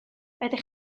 ydych